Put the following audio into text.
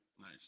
Nice